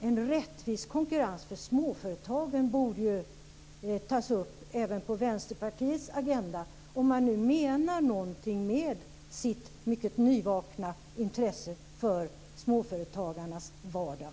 En rättvis konkurrens för småföretagen borde tas upp även på Vänsterpartiets agenda om man nu menar någonting med sitt mycket nyvakna intresse för småföretagarnas vardag.